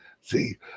See